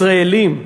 ישראלים,